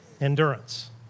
Endurance